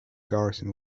garrison